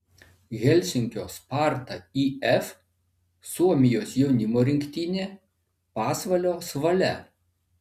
helsinkio sparta if suomijos jaunimo rinktinė pasvalio svalia